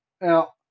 Now